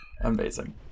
Amazing